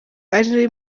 ari